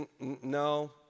no